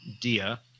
Dia